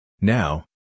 Now